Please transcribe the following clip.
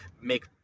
make